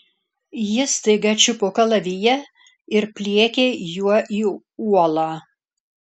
ji staiga čiupo kalaviją ir pliekė juo į uolą